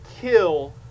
kill